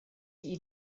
die